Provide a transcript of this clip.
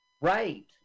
Right